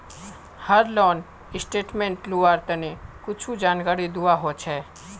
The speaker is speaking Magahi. हर लोन स्टेटमेंट लुआर तने कुछु जानकारी दुआ होछे